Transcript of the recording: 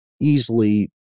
easily